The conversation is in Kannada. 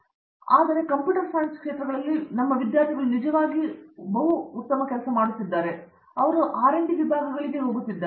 ಅರಂದಾಮ ಸಿಂಗ್ ಆದರೆ ಕಂಪ್ಯೂಟರ್ ಸೈನ್ಸ್ ಕ್ಷೇತ್ರಗಳಲ್ಲಿ ನಮ್ಮ ವಿದ್ಯಾರ್ಥಿಗಳು ನಿಜವಾಗಿ ಕೆಲವು ಉತ್ತಮ ಕೆಲಸವನ್ನು ಮಾಡುತ್ತಿದ್ದಾರೆ ಅವರು ಆರ್ ಡಿ ವಿಭಾಗಗಳಿಗೆ ಹೋಗುತ್ತಿದ್ದಾರೆ